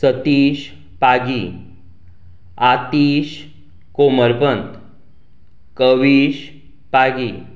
Satish Pagi Atish Komarpant Kavish Pagi